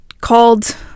called